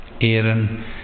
Aaron